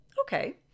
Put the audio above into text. Okay